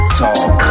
talk